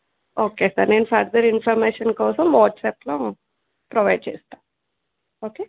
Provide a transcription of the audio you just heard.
okay sir నేను further information కోసం వాట్సాప్లో ప్రొవైడ్ చేస్తా ఓకే